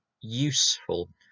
useful